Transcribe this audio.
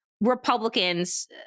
Republicans